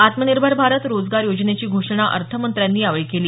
आत्मनिर्भर भारत रोजगार योजनेची घोषणा अर्थमंत्र्यांनी यावेळी केली